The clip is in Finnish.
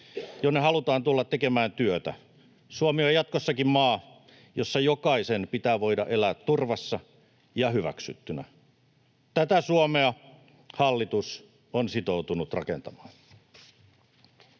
jonne halutaan tulla tekemään työtä. Suomi on jatkossakin maa, jossa jokaisen pitää voida elää turvassa ja hyväksyttynä. Tätä Suomea hallitus on sitoutunut rakentamaan.